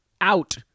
out